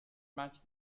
match